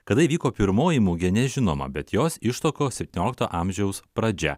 kada įvyko pirmoji mugė nežinoma bet jos ištakos septyniolikto amžiaus pradžia